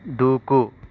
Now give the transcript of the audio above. దూకు